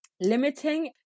limiting